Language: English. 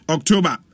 October